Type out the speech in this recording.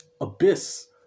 abyss